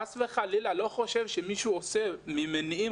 אני לא חושב חס וחלילה שמישהו עשה זאת מאיזשהו מניע.